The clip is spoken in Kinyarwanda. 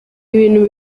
ibintu